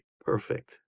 perfect